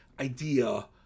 idea